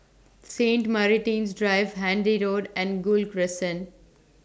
Saint Martin's Drive Handy Road and Gul Crescent